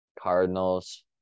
Cardinals